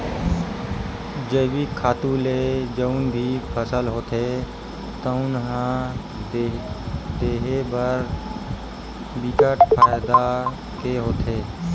जइविक खातू ले जउन भी फसल होथे तउन ह देहे बर बिकट फायदा के होथे